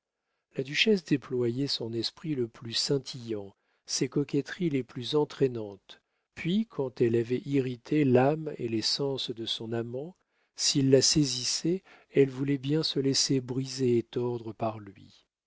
la duchesse déployait son esprit le plus scintillant ses coquetteries les plus entraînantes puis quand elle avait irrité l'âme et les sens de son amant s'il la saisissait elle voulait bien se laisser briser et tordre par lui